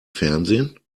fernsehen